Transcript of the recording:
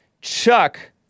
Chuck